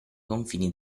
confini